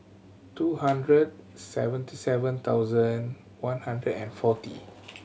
two hundred seventy seven thousand one hundred and forty